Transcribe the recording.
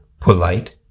polite